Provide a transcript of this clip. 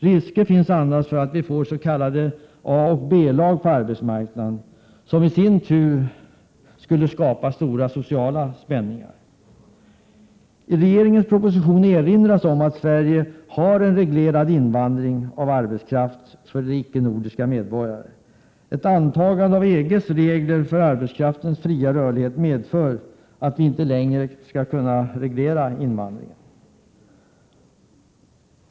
Risker finns annars att vi får s.k. A och B-lag på arbetsmarknaden, vilket i sin tur skulle skapa stora sociala spänningar. I regeringens proposition erinras om att Sverige för icke-nordiska medborgare har en reglerad invandring av arbetskraft. Ett antagande av EG:s regler för arbetskraftens fria rörlighet skulle medföra att vi inte längre kunde reglera invandringen.